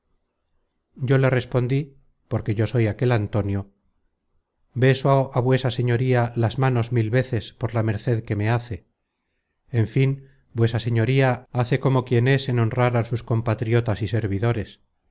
yo le respondí porque yo soy aquel antonio beso á vuesa señoría las manos mil veces por la merced que me hace en fin vuesa señoría hace como quien es en honrar á sus compatriotas y servidores